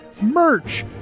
merch